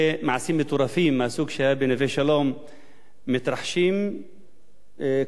בנווה-שלום מתרחשים כל שני וחמישי במדינת ישראל.